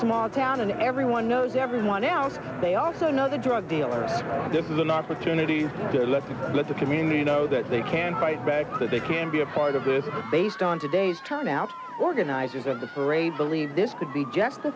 small town and everyone knows everyone else they also know the drug dealers are given an opportunity to let the community know that they can fight back so they can be a part of it based on today's turnout organizers of the for a believe this could be just the